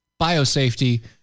biosafety